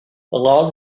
along